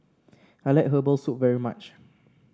I like Herbal Soup very much